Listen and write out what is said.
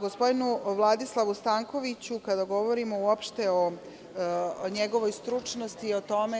Gospodinu Vladislavu Stankoviću, kada govorimo uopšte o njegovoj stručnosti,